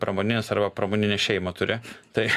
pramoninės arba pramoninės šeimą turi tai